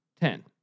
Ten